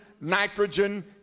nitrogen